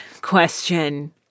question